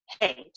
hey